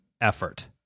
effort